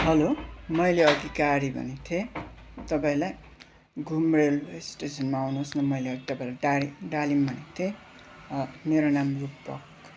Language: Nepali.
हेलो मैले अघि गाडी भनेको थिएँ तपाईँलाई घुम् रेलवे स्टेसनमा आउनुहोस् न मैले अघि तपाईँलाई गाडी डालिम पनि भनेको थिएँ मेरो नाम रूपक